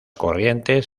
corrientes